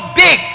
big